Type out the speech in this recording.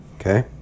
okay